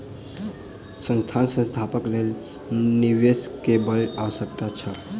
संस्थान स्थापनाक लेल निवेश के बड़ आवश्यक छल